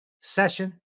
session